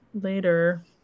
later